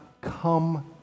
come